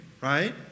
Right